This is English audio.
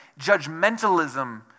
judgmentalism